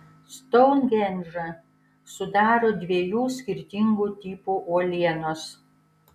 stounhendžą sudaro dviejų skirtingų tipų uolienos